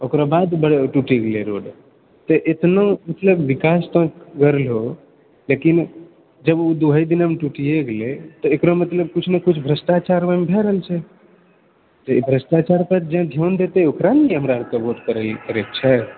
ओकरो बाद टूटी गेलै रोड तऽ एतनो मतलब एतनो विकास तऽ करलहो लेकिन जब ओ दुहै दिना मऽ टुटिए गेलै तऽ एकरा मतलब किछु ने किछु भ्रष्टाचार ओहिमे भए रहल छै तऽ ई भ्रष्टाचार पर जँ ध्यान देतै ओकरा ने हमरा आरके वोट करैके छै